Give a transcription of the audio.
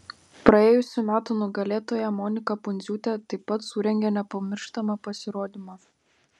praėjusių metų nugalėtoja monika pundziūtė taip pat surengė nepamirštamą pasirodymą